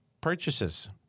purchases